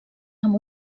amb